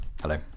Hello